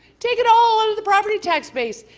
take it all out of the property tax base.